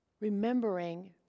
Remembering